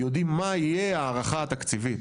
יודעים מה תהיה ההערכה התקציבית.